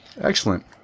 excellent